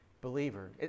believer